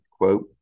quote